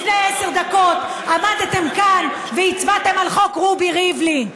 לפני עשר דקות עמדתם כאן והצבעתם על חוק רובי ריבלין.